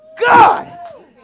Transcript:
God